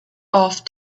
off